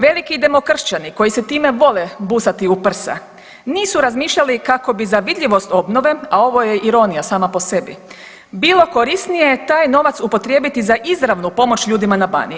Veliki demokršćani koji se time vole busati u prsa nisu razmišljali kako bi za vidljivost obnove, a ovo je ironija sama po sebi, bilo korisnije taj novac upotrijebiti za izravnu pomoć ljudima na Baniji.